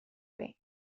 way